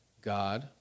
God